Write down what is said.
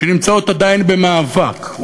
שנמצאות עדיין במאבק,